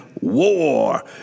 war